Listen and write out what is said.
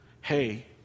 Hey